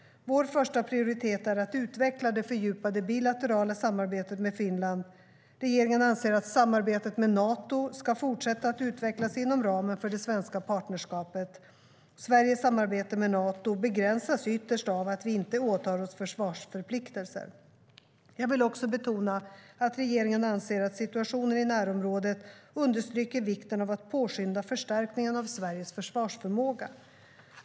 Vår första prioritet är att utveckla det fördjupade bilaterala samarbetet med Finland. Regeringen anser att samarbetet med Nato ska fortsätta att utvecklas inom ramen för det svenska partnerskapet. Sveriges samarbete med Nato begränsas ytterst av att vi inte åtar oss försvarsförpliktelser. Jag vill också betona att regeringen anser att situationen i närområdet understryker vikten av att påskynda förstärkningen av Sveriges försvarsförmåga.